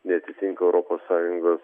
neatitinka europos sąjungos